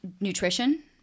nutrition